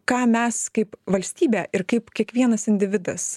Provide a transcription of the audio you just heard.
ką mes kaip valstybė ir kaip kiekvienas individas